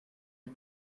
you